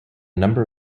number